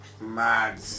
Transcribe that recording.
mad